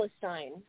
Palestine